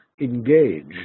engaged